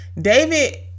david